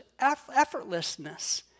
effortlessness